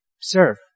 Serve